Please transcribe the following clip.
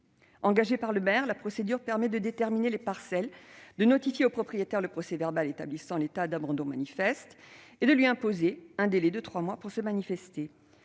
Engagée par le maire, la procédure permet de déterminer les parcelles, de notifier au propriétaire le procès-verbal établissant l'état d'abandon manifeste et de lui imposer un délai de trois mois pour se manifester.